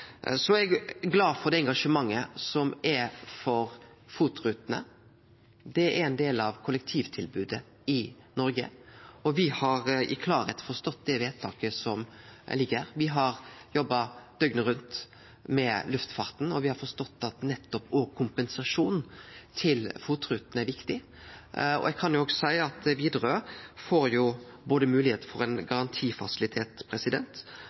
Så er eg glad for det engasjementet som er for FOT-rutene. Dei er ein del av kollektivtilbodet i Noreg, og me har i klarleik forstått det i forslaget som ligg her. Me har jobba døgnet rundt med luftfarten, og me har forstått nettopp at òg kompensasjon til FOT-rutene er viktig. Eg kan òg seie at Widerøe får moglegheit til ein